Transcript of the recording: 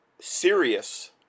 serious